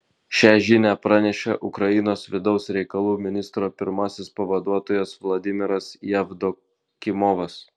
šią žinią pranešė ukrainos vidaus reikalų ministro pirmasis pavaduotojas vladimiras jevdokimovas